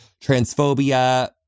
transphobia